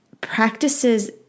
practices